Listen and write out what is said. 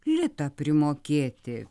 litą primokėti